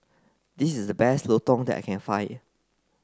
this is the best Lontong that I can find